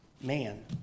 Man